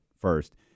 first